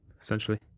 essentially